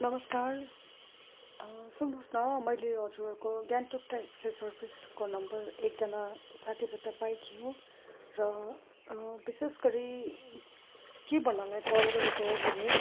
नमस्कार सुन्नुहोस् न मैले हजुरहरूको गान्तोक ट्याक्सी सर्भिसको नम्बर एकजना साथीबाट पाएकी हुँ र विशेषगरी के भन्नलाई कल गरेको हो भने